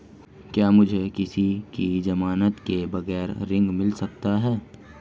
क्या मुझे किसी की ज़मानत के बगैर ऋण मिल सकता है?